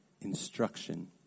instruction